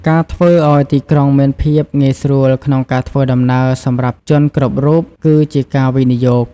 ការធ្វើឱ្យទីក្រុងមានភាពងាយស្រួលក្នុងការធ្វើដំណើរសម្រាប់ជនគ្រប់រូប គឺជាការវិនិយោគ។